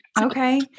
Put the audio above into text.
Okay